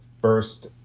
first